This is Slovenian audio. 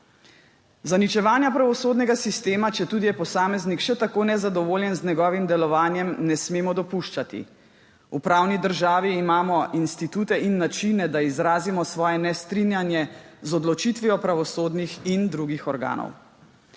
Zaničevanja pravosodnega sistema, četudi je posameznik še tako nezadovoljen z njegovim delovanjem, ne smemo dopuščati. V pravni državi imamo institute in načine, da izrazimo svoje nestrinjanje z odločitvijo pravosodnih in drugih organov.